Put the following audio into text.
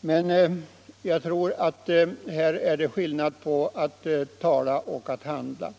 Men det är skillnad mellan att tala och att handla.